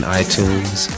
iTunes